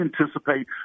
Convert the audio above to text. anticipate